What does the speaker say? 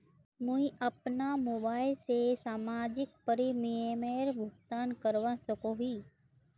मुई अपना मोबाईल से मासिक प्रीमियमेर भुगतान करवा सकोहो ही?